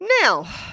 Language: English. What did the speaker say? Now